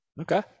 Okay